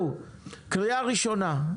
קריאה ראשונה.